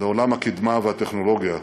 לעולם הקדמה והטכנולוגיה,